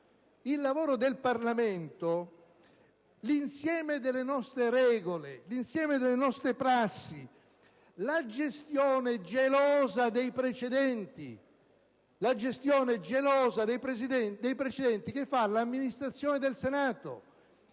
il lavoro del Parlamento, l'insieme delle nostre regole e delle nostre prassi, la gestione gelosa dei precedenti che fa l'amministrazione del Senato